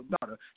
daughter